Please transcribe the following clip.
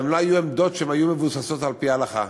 הן לא היו עמדות שהיו מבוססות על-פי ההלכה.